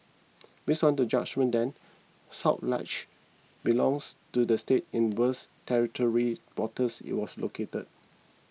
based on the judgement then South Ledge belongs to the state in whose territorial waters it was located